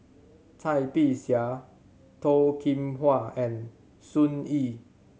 Cai Bixia Toh Kim Hwa and Sun Yee